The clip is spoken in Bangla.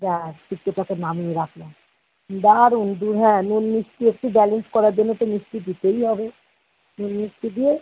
ব্যাস শুক্তোটাকে নামিয়ে রাখলাম দারুণ ডি হ্যাঁ নুন মিষ্টি একটু ব্যালেন্স করার জন্য তো মিষ্টি দিতেই হবে নুন মিষ্টি দিয়ে